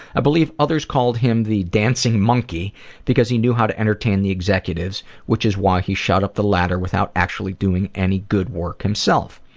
i believe others called him the dancing monkey because he knew how to entertain the executives which is why he shot up the ladder without actually doing any good work himself.